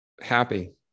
Happy